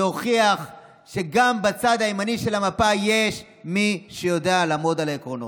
להוכיח שגם בצד הימני של המפה יש מי שיודע לעמוד על העקרונות.